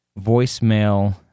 voicemail